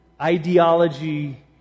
ideology